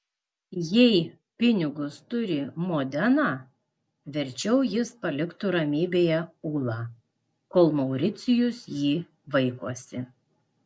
jei pinigus turi modena verčiau jis paliktų ramybėje ulą kol mauricijus jį vaikosi